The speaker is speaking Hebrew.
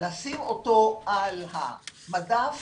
לשים אותו על המדף